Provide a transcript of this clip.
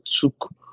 took